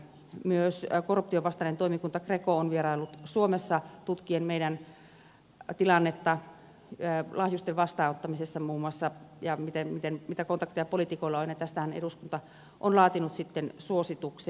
myös korruptionvastainen toimikunta greco on vieraillut suomessa tutkien meidän tilannettamme muun muassa lahjusten vastaanottamisessa ja sitä mitä kontakteja poliitikoilla on ja tästähän eduskunta on laatinut sitten suositukset